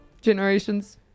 generations